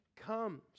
comes